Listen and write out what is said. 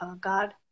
God